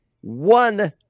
one